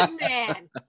man